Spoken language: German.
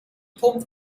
pumpt